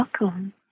welcome